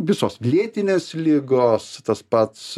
visos lėtinės ligos tas pats